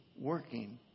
working